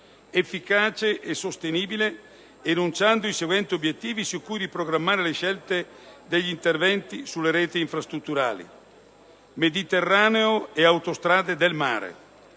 efficace e sostenibile, enunciando i seguenti obiettivi su cui riprogrammare le scelte degli interventi sulle reti infrastrutturali: Mediterraneo e autostrade del mare;